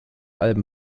alben